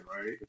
right